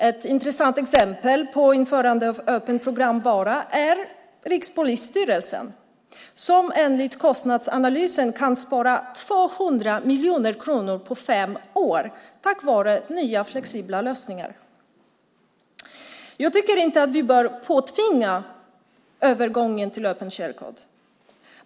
Ett intressant exempel på införande av öppen programvara är Rikspolisstyrelsen, som enligt kostnadsanalysen kan spara 200 miljoner kronor på fem år tack vare nya flexibla lösningar. Jag tycker inte att vi bör påtvinga övergången till öppen källkod.